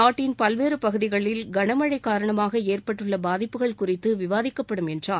நாட்டின் பல்வேறு பகுதிகளில் கனமழை காரணமாக ஏற்பட்டுள்ள பாதிப்புகள் குறித்து விவாதிக்கப்படும் என்றார்